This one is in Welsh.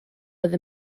oedd